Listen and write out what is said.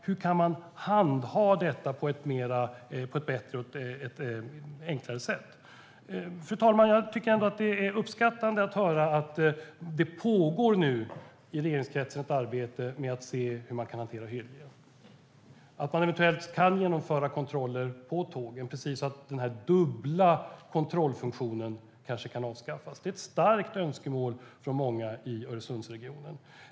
Hur kan man handha detta på ett bättre och enklare sätt? Fru talman! Jag uppskattar ändå att höra att det pågår ett arbete i regeringskretsen med att se hur man kan hantera Hyllie, att man eventuellt kan genomföra kontroller på tågen så att den dubbla kontrollfunktionen kanske kan avskaffas. Det är ett starkt önskemål från många i Öresundsregionen.